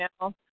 now